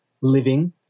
living